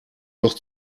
doch